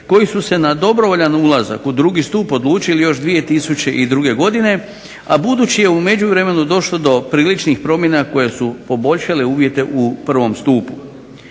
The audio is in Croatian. koji su se na dobrovoljan ulazak u drugi stup odlučili još 2002. Godine, a budući je u međuvremenu došlo do priličnih promjena koje su poboljšale uvjete u prvom stupu.